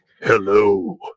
Hello